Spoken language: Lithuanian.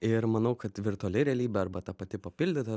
ir manau kad virtuali realybė arba ta pati papildyta